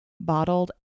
bottled